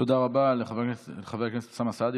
תודה רבה לחבר הכנסת אוסאמה סעדי.